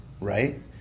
Right